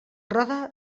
roda